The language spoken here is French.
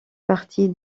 partie